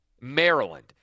Maryland